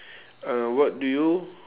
uh what do you